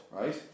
right